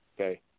okay